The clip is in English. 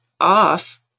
off